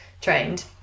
trained